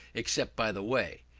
except by the way,